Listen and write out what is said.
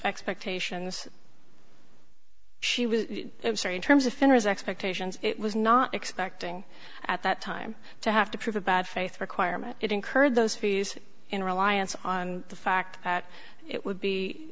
expectations she was sorry in terms of finesse expectations it was not expecting at that time to have to prove a bad faith requirement it incurred those fees in reliance on the fact that it would be